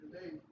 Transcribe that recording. today